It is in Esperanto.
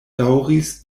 daŭris